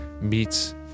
meets